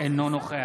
אינו נוכח